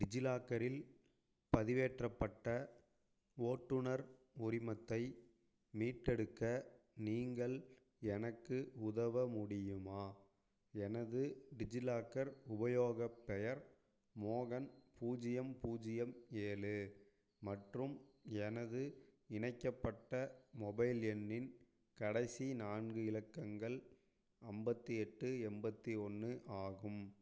டிஜிலாக்கரில் பதிவேற்றப்பட்ட ஓட்டுநர் உரிமத்தை மீட்டெடுக்க நீங்கள் எனக்கு உதவ முடியுமா எனது டிஜிலாக்கர் உபயோகப் பெயர் மோகன் பூஜ்யம் பூஜ்யம் ஏழு மற்றும் எனது இணைக்கப்பட்ட மொபைல் எண்ணின் கடைசி நான்கு இலக்கங்கள் ஐம்பத்தி எட்டு எண்பத்தி ஒன்று ஆகும்